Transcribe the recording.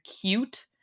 cute